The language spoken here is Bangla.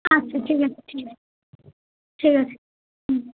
আচ্ছা ঠিক আছে ঠিক আছে ঠিক আছে হুম